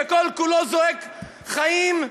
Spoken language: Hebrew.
שכל-כולו זועק חיים,